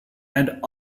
and